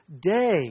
day